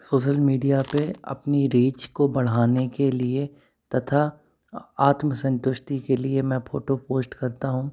social media पे अपनी reach बढ़ाने के लिये तथा आत्मसंतुष्टि के लिये मैं फोटो पोस्ट करता हूँ